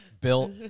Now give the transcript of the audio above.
built